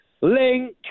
Link